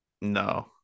No